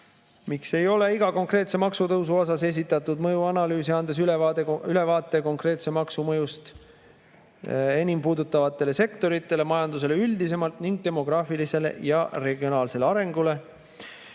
Miks ei ole iga konkreetse maksutõusu kohta esitatud mõjuanalüüsi, andes ülevaate konkreetse maksu mõjust enim puudutavatele sektoritele, majandusele üldisemalt ning demograafilisele ja regionaalsele arengule?